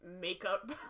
makeup